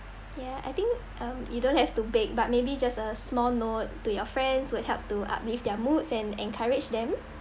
ya I think um you don't have to bake but maybe just a small note to your friends would help to uplift their moods and encourage them